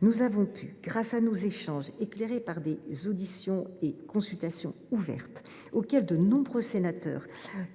Nous avons pu, grâce à nos échanges, éclairés par des auditions et consultations ouvertes, auxquelles de nombreux sénateurs